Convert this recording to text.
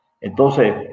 Entonces